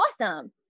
awesome